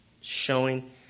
showing